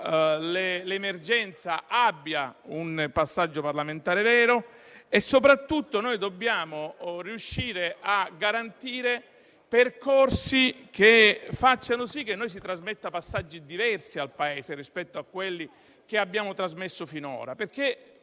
dell'emergenza abbia un passaggio parlamentare vero e soprattutto dobbiamo riuscire a garantire percorsi che facciano sì che trasmettiamo messaggi diversi al Paese rispetto a quelli che abbiamo trasmesso finora,